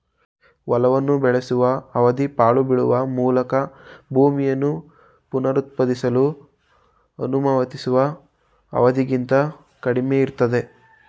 ಹೊಲವನ್ನು ಬೆಳೆಸುವ ಅವಧಿ ಪಾಳು ಬೀಳುವ ಮೂಲಕ ಭೂಮಿಯನ್ನು ಪುನರುತ್ಪಾದಿಸಲು ಅನುಮತಿಸುವ ಅವಧಿಗಿಂತ ಕಡಿಮೆಯಿರ್ತದೆ